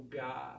God